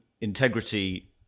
integrity